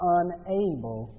unable